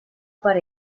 per